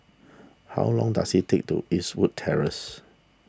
how long does it take to Eastwood Terrace